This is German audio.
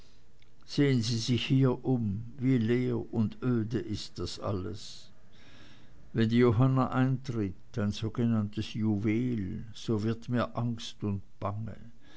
sehen sie sich hier um wie leer und öde ist das alles wenn die johanna eintritt ein sogenanntes juwel so wird mir angst und bange